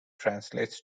translates